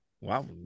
wow